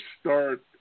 start